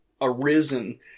arisen